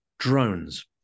drones